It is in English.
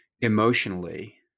emotionally